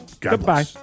Goodbye